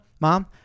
mom